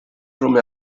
from